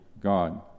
God